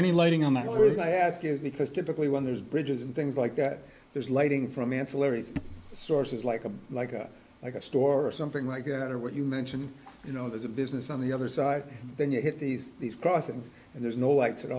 any lighting on that rig i ask you because typically when there's bridges and things like that there's lighting from ancillary sources like a like a like a store or something like that or what you mentioned you know there's a business on the other side then you get these these crossings and there's no lights at